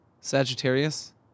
sagittarius